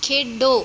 ਖੇਡੋ